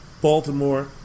Baltimore